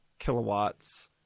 kilowatts